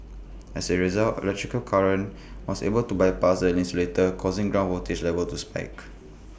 as A result electrical current was able to bypass the insulator causing ground voltage levels to spike